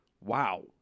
wow